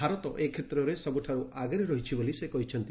ଭାରତ ଏ କ୍ଷେତ୍ରରେ ସବ୍ରଠାର୍ତ ଆଗରେ ରହିଛି ବୋଲି ସେ କହିଛନ୍ତି